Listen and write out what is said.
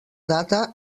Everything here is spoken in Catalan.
data